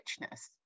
richness